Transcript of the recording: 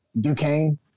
Duquesne